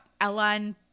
Ellen